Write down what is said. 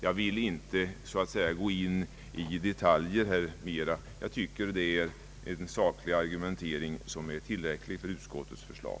Jag vill inte gå in i detalj mera, men jag tycker att det är en saklig argumentering som är tillräcklig för utskottets förslag.